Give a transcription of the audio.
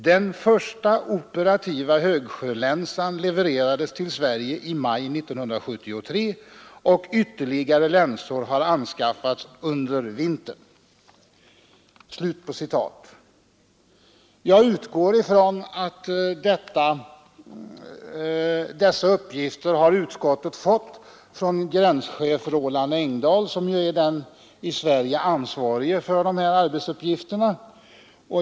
Den första operativa högsjölänsan levererades till Sverige i maj 1973 och ytterligare länsor har anskaffats under vintern.” Jag utgår ifrån att utskottet fått dessa upplysningar från gränschef Roland Engdahl, som är den i Sverige ansvarige för dessa arbetsuppgifter.